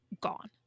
gone